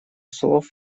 слов